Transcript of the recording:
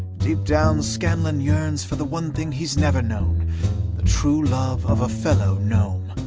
deep down, scanlan yearns for the one thing he's never known the true love of a fellow gnome.